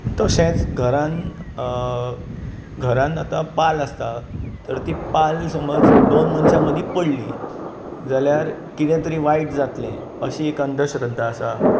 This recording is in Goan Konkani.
तशेंच घरांत घरांत आतां पाल आसता जर ती पाल समज दोन मनशां मदीं पडली जाल्यार कितें तरी वायट जातलें अशी एक अंधश्रद्धा आसा